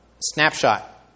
snapshot